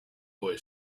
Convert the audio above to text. boy